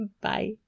bye